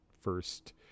first